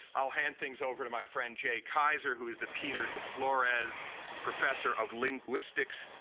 i'll hand things over to my friend jay keyser who is the peter de florez professor of linguistics,